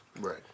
Right